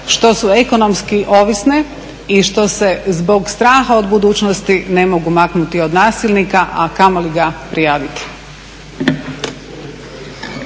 što su ekonomski ovisne i što se zbog straha od budućnosti ne mogu maknuti od nasilnika, a kamoli ga prijaviti.